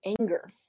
anger